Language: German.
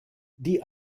die